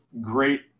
great